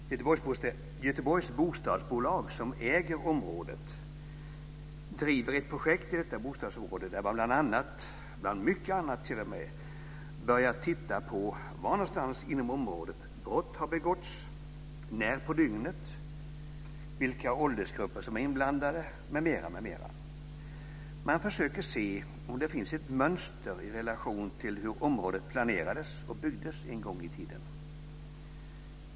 Göteborgs Bostadsbolag, som äger området, driver ett projekt i detta bostadsområde där man bland mycket annat börjat titta på var inom området brott har begåtts, när på dygnet det har skett, vilka åldersgrupper som är inblandade m.m. Man försöker se om det finns ett mönster i relation till hur området planerades och byggdes en gång i tiden.